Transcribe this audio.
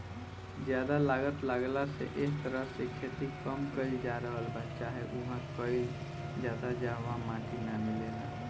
ज्यादा लागत लागला से ए तरह से खेती कम कईल जा रहल बा चाहे उहा कईल जाता जहवा माटी ना मिलेला